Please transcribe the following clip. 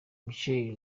michael